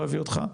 לא הביא אותך.